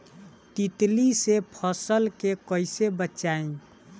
तितली से फसल के कइसे बचाई?